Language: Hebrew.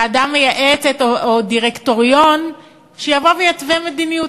ועדה מייעצת או דירקטוריון שיבוא ויתווה מדיניות.